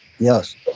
Yes